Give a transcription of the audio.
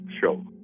Show